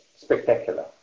spectacular